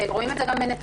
ורואים את זה גם בנתונים.